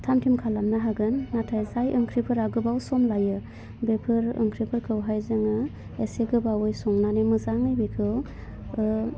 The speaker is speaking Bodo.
थाम थिम खालामनो हागोन नाथाय जाय ओंख्रिफोरा गोबां सम लायो बेफोर ओंख्रिफोरखौहाय जोङो इसे गोबावै संनानै मोजाङै बेखौ